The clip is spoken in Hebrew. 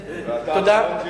תודה.